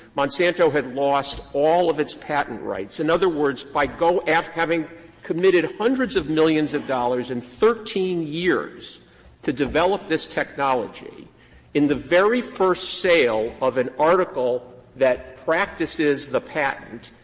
monsanto had lost all of its patent rights. in other words, by go at having committed hundreds of millions of dollars in thirteen years to develop this technology in the very first sale of an article that practices the patent,